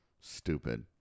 stupid